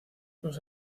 los